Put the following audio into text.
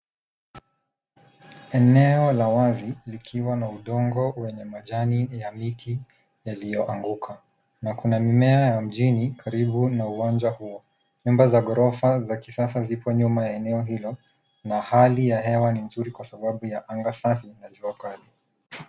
Eneo la wazi likiwa na udongo wenye majani ya miti yaliyoanguka na kuna mimea ya mjini karibu na uwanja huo . Nyumba za ghorofa za kisasa zipo nyuma ya eneo hilo na hali ya hewa ni nzuri kwa sababu ya anga safi na jua kali.